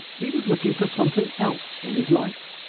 he was looking for something else in his life.